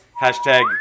Hashtag